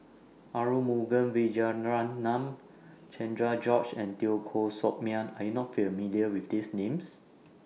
Arumugam Vijiaratnam Cherian George and Teo Koh Sock Miang Are YOU not familiar with These Names